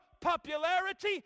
popularity